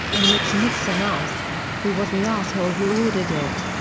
in which nixon asked, who was the asshole who ordered it?